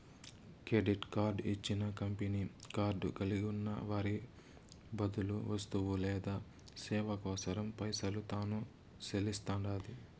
credit card ఇచ్చిన company card కలిగున్న వారి బదులు వస్తువు లేదా సేవ కోసరం పైసలు తాను సెల్లిస్తండాది